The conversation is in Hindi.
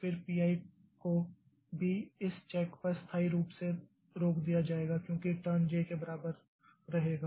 फिर P i को भी इस चेक पर स्थायी रूप से रोक दिया जाएगा क्योंकि टर्न j के बराबर रहेगा